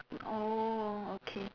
oh okay